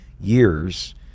years